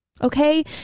okay